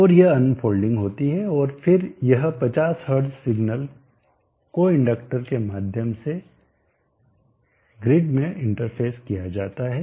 और यह अन्फोल्डिंग होती है और फिर यह 50 हर्ट्ज सिग्नल कोइंडक्टर के माध्यम से ग्रिड में इंटरफ़ेस किया जाता है